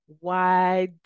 wide